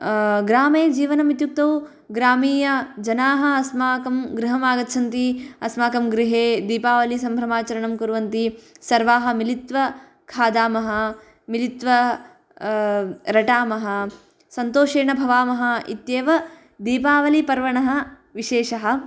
ग्रामे जीवनम् इत्युक्तौ ग्रामीयजनाः अस्माकं गृहम् आगच्छन्ति अस्माकं गृहे दीपावलिसम्भ्रमाचरणं कुर्वन्ति सर्वाः मिलित्वा खादामः मिलित्वा रटामः सन्तोषेण भवामः इत्येव दीपावलिपर्वणः विशेषः